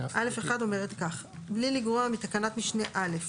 (א1) אומרת כך: (א1) בלי לגרוע מתקנת משנה (א),